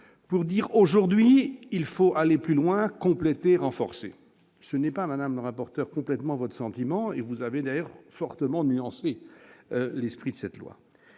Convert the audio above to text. pour dire aujourd'hui il faut aller plus loin. Compléter, renforcer ce n'est pas Madame, rapporteur complètement votre sentiment et vous avez d'ailleurs fortement nuancer l'esprit de cette loi,